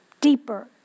deeper